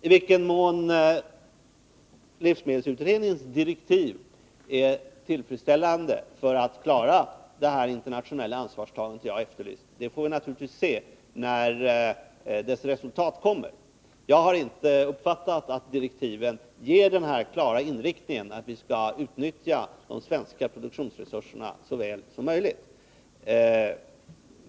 I vilken mån livsmedelsutredningens direktiv är tillfredsställande när det gäller att klara det internationella ansvarstagande jag har efterlyst får vi naturligtvis se när dess resultat kommer. Jag har inte uppfattat att direktiven ger den klara inriktningen att vi skall utnyttja de svenska produktionsresurserna så väl som möjligt.